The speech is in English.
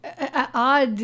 odd